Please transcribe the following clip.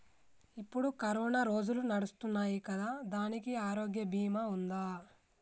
ఇప్పుడు కరోనా రోజులు నడుస్తున్నాయి కదా, దానికి ఆరోగ్య బీమా ఉందా?